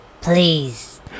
please